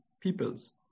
peoples